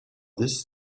this